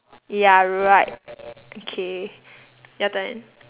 ya right okay your turn